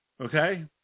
Okay